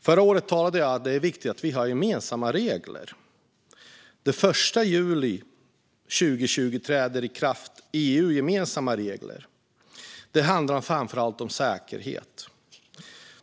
Förra året talade jag om att det är viktigt att vi har gemensamma regler. Den 1 juli 2020 träder EU-gemensamma regler i kraft. Det handlar framför allt om säkerhet.